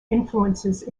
influences